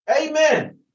Amen